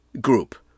group